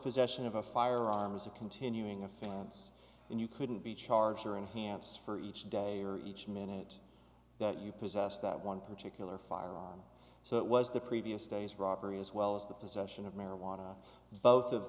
possession of a firearm is a continuing offense and you couldn't be charged or enhanced for each day or each minute that you possess that one particular fire so that was the previous day's robbery as well as the possession of marijuana and both of